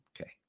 Okay